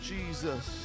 Jesus